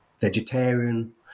vegetarian